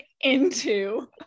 into-